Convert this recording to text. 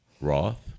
Roth